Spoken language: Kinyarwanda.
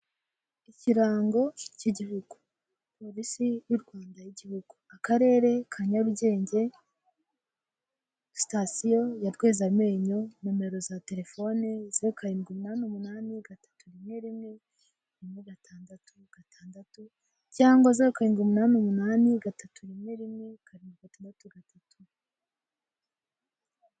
Ikirango cy'igihugu polisi y'u Rwanda y'igihugu akarere ka Nyarugenge sitasiyo ya Rwezamenyo nomero za telefoni zeru karindwi umunani umunani gatatu rimwe rimwe rimwe gatandatu gatandatu cyangwa zeru karindwi umunani umunani gatatu rimwe rimwe rimwe, karindwi gatandatu gatatu.